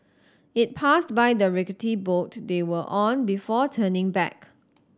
it passed by the rickety boat they were on before turning back